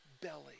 belly